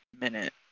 minute